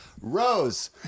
Rose